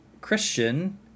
Christian